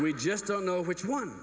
we just don't know which one